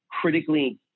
critically